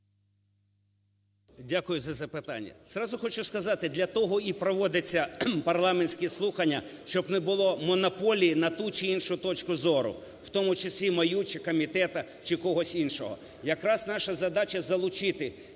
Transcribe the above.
Дякую за запитання.